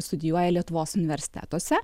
studijuoja lietuvos universitetuose